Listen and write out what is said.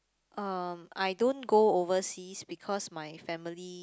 um I don't go overseas because my family